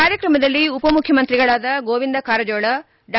ಕಾರ್ಯಕ್ರಮದಲ್ಲಿ ಉಪಮುಖ್ಯಮಂತ್ರಿಗಳಾದ ಗೋವಿಂದ ಕಾರಜೋಳ ಡಾ